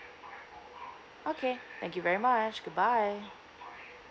okay thank you very much good bye